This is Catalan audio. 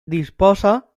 disposa